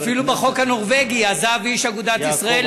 אפילו בחוק הנורבגי עזב איש אגודת ישראל,